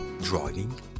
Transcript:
driving